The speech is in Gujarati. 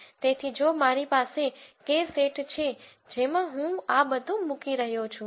તેથી જો મારી પાસે K સેટ છે જેમાં હું આ બધું મૂકી રહ્યો છું